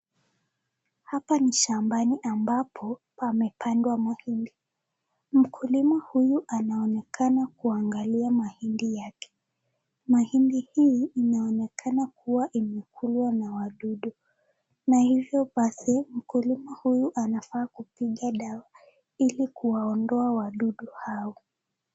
Hapa ni shambani ambapo pamepandwa mahindi, mkulima huyu anaonekana kuangalia mahindi yake. Mahindii hii inaonekana kua imekuliwa na wadudu na hivyo basi mkulima huu anafaa kupiga dawa ili kuwaondoa wadudu hao.